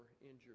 injured